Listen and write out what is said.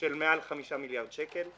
של מעל 5 מיליארד שקל.